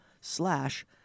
slash